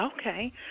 Okay